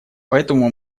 поэтому